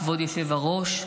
כבוד היושב-ראש.